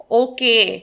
okay